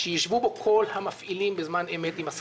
כשאתה יוצא היום בתוכנית חומש ומאשרים לך כביש,